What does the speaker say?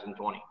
2020